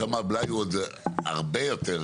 הרי שם הבלאי הוא לכאורה עוד יותר גדול.